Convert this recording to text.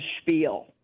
spiel